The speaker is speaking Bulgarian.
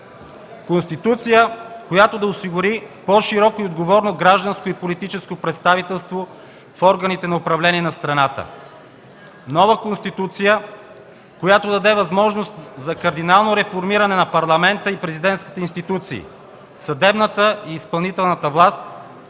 Конституция, която да осигури по-широко и отговорно гражданско и политическо представителство в органите на управление на страната! Нова Конституция, която да даде възможност за кардинално реформиране на Парламента и президентската институция, съдебната и изпълнителната власт,